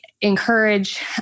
encourage